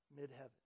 Mid-heaven